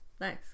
nice